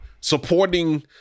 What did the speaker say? supporting